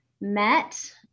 met